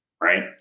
right